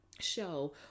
show